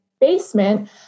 basement